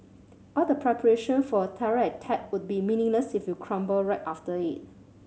all the preparation for a terror attack would be meaningless if you crumble right after it